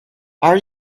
are